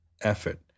effort